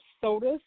sodas